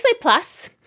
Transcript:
Plus